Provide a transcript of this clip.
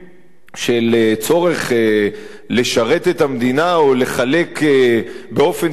של הצורך לשרת את המדינה או לחלק באופן שוויוני,